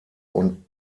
und